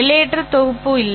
எல்லையற்ற தொகுப்பு இல்லை